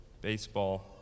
baseball